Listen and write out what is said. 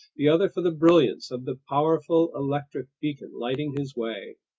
the other for the brilliance of the powerful electric beacon lighting his way.